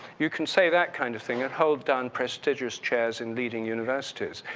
you can say that kind of thing and hold done prestigious chairs in leading universities.